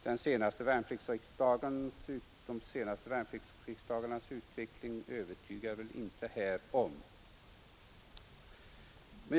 De senaste värnpliktsriksdagarnas utveckling övertygar väl inte härom.